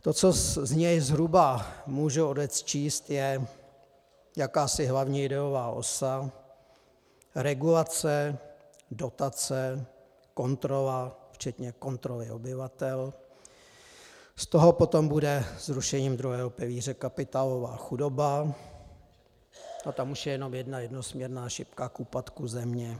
To, co z něj zhruba můžu odečíst, je jakási hlavní ideová osa regulace, dotace, kontrola včetně kontroly obyvatel, z toho potom bude zrušením druhého pilíře kapitálová chudoba a tam už je jenom jedna jednosměrná šipka k úpadku země.